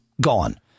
gone